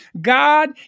God